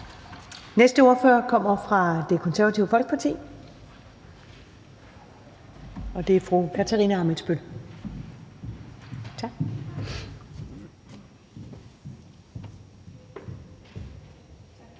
næste ordfører kommer fra Det Konservative Folkeparti, og det er fru Katarina Ammitzbøll. Kl.